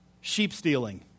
sheep-stealing